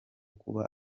kuba